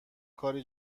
کاری